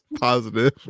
positive